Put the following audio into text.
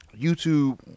YouTube